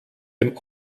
dem